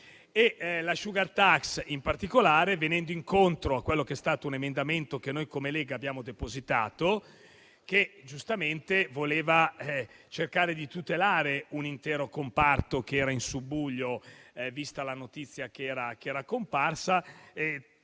La *sugar tax*, in particolare, venendo incontro a quello che è stato un emendamento che come Lega abbiamo depositato, intendeva cercare di tutelare un intero comparto che era in subbuglio, vista la notizia che era comparsa.